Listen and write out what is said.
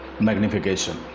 magnification